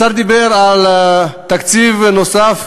השר דיבר על תקציב נוסף,